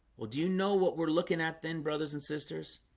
well, do you know what we're looking at then brothers and sisters?